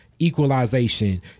equalization